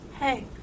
hey